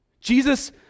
Jesus